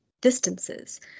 distances